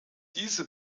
diese